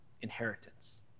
inheritance